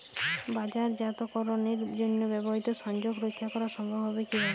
বাজারজাতকরণের জন্য বৃহৎ সংযোগ রক্ষা করা সম্ভব হবে কিভাবে?